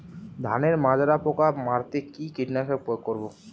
ধানের মাজরা পোকা মারতে কি কীটনাশক প্রয়োগ করব?